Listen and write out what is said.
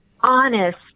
honest